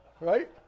Right